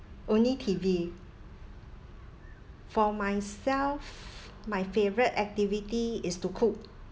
only T_V for myself my favourite activity is to cook